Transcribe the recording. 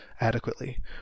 Adequately